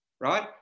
right